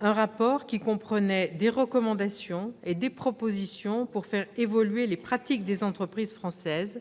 2013. Il comprenait des recommandations et des propositions pour faire évoluer les pratiques des entreprises françaises,